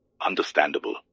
Understandable